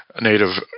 native